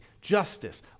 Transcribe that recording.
justice